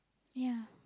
ya